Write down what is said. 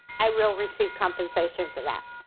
i will receive compensation for that.